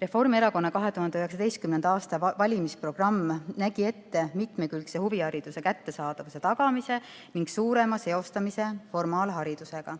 Reformierakonna 2019. aasta valimisprogramm nägi ette mitmekülgse huvihariduse kättesaadavuse tagamise ning suurema seostamise formaalharidusega.